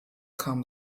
kam